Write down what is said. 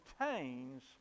contains